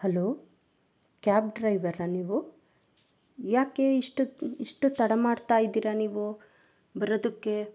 hello cab ಡ್ರೈವರ್ರಾ ನೀವು ಯಾಕೆ ಇಷ್ಟು ಇಷ್ಟು ತಡ ಮಾಡ್ತಾಯಿದ್ದೀರ ನೀವು ಬರೋದಕ್ಕೆ